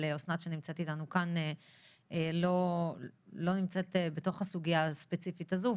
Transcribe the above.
אסנת שנמצאת איתנו כאן לא נמצאת בתוך הסוגייה הספציפית הזו,